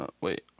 Wait